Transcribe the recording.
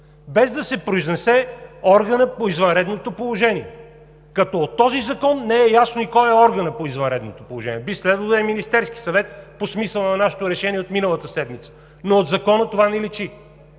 без да се произнесе органът по извънредното положение, като от този закон не е ясно и кой е органът по извънредното положение! Би следвало да е Министерският съвет, по смисъла на нашето решение от миналата седмица, но от Закона това не личи.